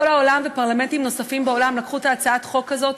כל העולם ופרלמנטרים נוספים בעולם לקחו את הצעת החוק הזאת,